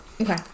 Okay